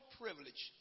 privilege